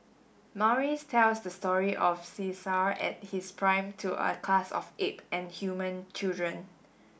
Maurice tells the story of Caesar at his prime to a class of ape and human children